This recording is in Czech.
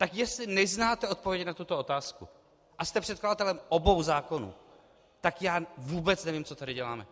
Tak jestli neznáte odpověď na tuto otázku a jste předkladatelem obou zákonů, tak já vůbec nevím, co tady děláme.